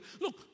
Look